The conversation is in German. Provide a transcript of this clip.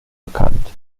bekannt